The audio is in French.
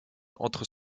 entre